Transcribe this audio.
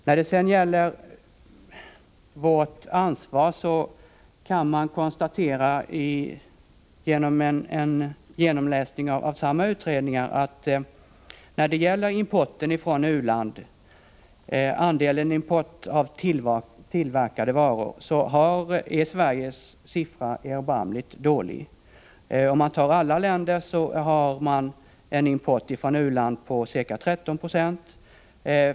När det sedan gäller vårt ansvar kan man efter läsning av samma utredningar konstatera att beträffande andelen import av tillverkade varor från u-länder är Sveriges siffra erbarmligt dålig. Om man tar alla länder utgör importen från u-land ca 13 26.